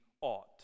ought